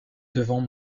devant